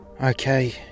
Okay